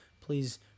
please